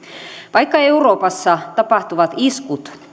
vaikka euroopassa tapahtuvat iskut